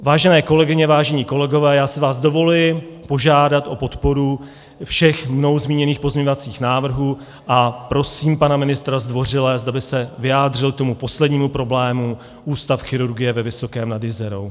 Vážené kolegyně, vážení kolegové, dovoluji si vás požádat o podporu všech mnou zmíněných pozměňovacích návrhů a prosím pana ministra zdvořile, zda by se vyjádřil k tomu poslednímu problému Ústav chirurgie ve Vysokém nad Jizerou.